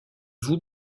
vous